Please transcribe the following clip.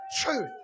truth